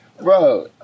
Bro